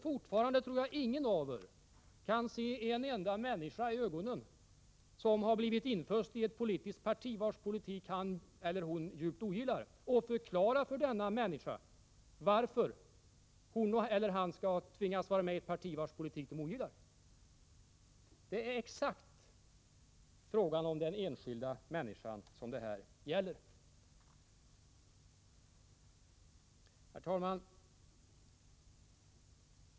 Fortfarande tror jag inte att någon av er kan se en enda människa i ögonen som har blivit inföst i ett politiskt parti vars politik han eller hon djupt ogillar och förklara för denna människa varför han eller hon skall tvingas vara med i detta parti. Den enskilda människan är exakt det som frågan gäller. Herr talman!